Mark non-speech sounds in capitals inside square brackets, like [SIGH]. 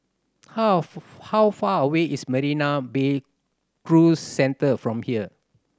how [NOISE] how far away is Marina Bay Cruise Centre from here